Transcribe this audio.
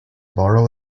borrow